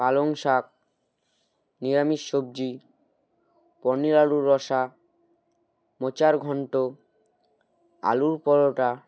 পালং শাক নিরামিষ সবজি পনির আলুর রসা মোচার ঘন্ট আলুর পরোটা